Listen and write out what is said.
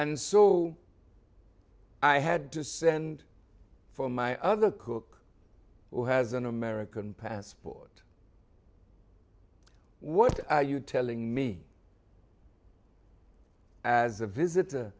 and so i had to send for my other cook who has an american passport what are you telling me as a visit